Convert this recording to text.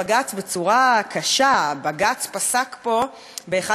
בג"ץ פסק פה באחד העקרונות החשובים ביותר,